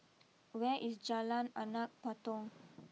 where is Jalan Anak Patong